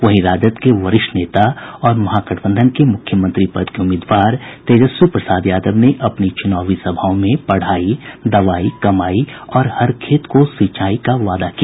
वहीं राजद के वरिष्ठ नेता और महागठबंधन के मुख्यमंत्री पद के उम्मीदवार तेजस्वी प्रसाद यादव ने अपनी चुनावी सभाओं में पढ़ाई दवाई कमाई और हर खेत को सिंचाई का वादा किया